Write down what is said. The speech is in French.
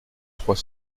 trois